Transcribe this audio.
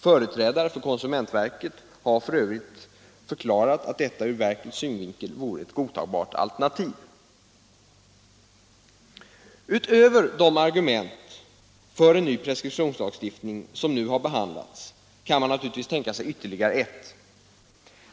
Företrädare för konsumentverket har f. ö. förklarat att detta ur verkets synvinkel vore ett godtagbart alternativ. Utöver de argument för en ny preskriptionslagstiftning som nu har behandlats kan man naturligtvis tänka sig ytterligare ett.